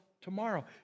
tomorrow